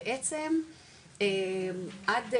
בעצם עד,